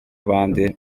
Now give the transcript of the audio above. abandi